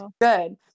good